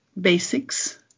basics